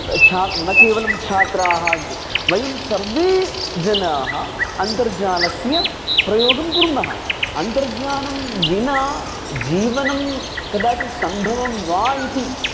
छात्राः न केवलं छात्राः वयं सर्वे जनाः अन्तर्जालस्य प्रयोगं कुर्मः अन्तर्जालं विना जीवनं कदाचित् सम्भवं वा इति